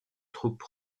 troupes